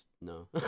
no